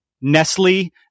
Nestle